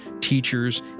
teachers